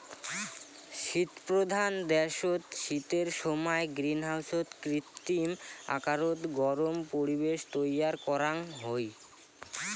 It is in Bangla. শীতপ্রধান দ্যাশত শীতের সমায় গ্রীনহাউসত কৃত্রিম আকারত গরম পরিবেশ তৈয়ার করাং হই